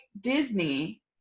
Disney